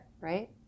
right